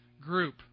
group